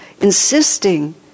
insisting